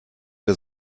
wir